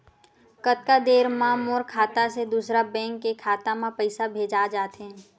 कतका देर मा मोर खाता से दूसरा बैंक के खाता मा पईसा भेजा जाथे?